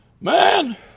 man